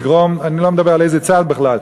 אני לא מדבר על איזה צד בכלל,